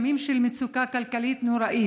ימים של מצוקה כלכלית נוראה,